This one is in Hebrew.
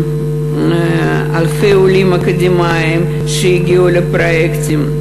אלפי עולים אקדמאים שהגיעו לפרויקטים.